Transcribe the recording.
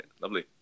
Lovely